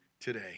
today